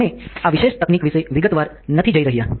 અમે આ વિશેષ તકનીક વિશે વિગતવાર નથી જઈ રહ્યા